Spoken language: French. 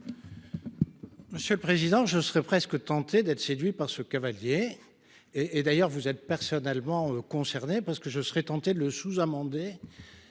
Monsieur le président. Je serais presque tenté d'être séduit par ce cavalier et et d'ailleurs vous êtes personnellement concerné parce que je serais tenté de le sous-amender